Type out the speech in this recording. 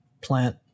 plant